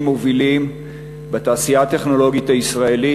מובילים בתעשייה הטכנולוגית הישראלית,